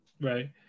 right